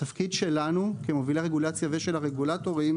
התפקיד שלנו כמובילי הרגולציה ושל הרגולטורים